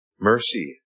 mercy